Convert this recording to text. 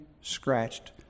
scratched